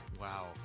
Wow